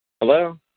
Hello